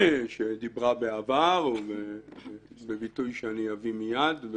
שדיברה בעבר בביטוי שאני אביא מיד,